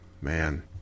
man